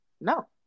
No